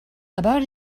about